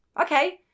Okay